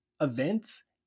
events